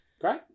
Great